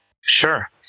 Sure